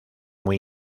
muy